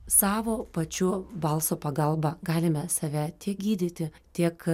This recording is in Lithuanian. savo pačių balso pagalba galime save tiek gydyti tiek